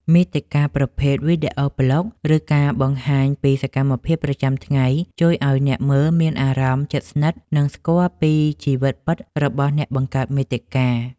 មាតិកាប្រភេទ វីដេអូប្លុក ឬការបង្ហាញពីសកម្មភាពប្រចាំថ្ងៃ ជួយឱ្យអ្នកមើលមានអារម្មណ៍ជិតស្និទ្ធ និងស្គាល់ពីជីវិតពិតរបស់អ្នកបង្កើតមាតិកា។